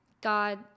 God